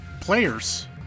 players